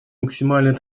максимальной